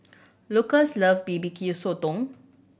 Lukas love B B Q Sotong